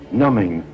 numbing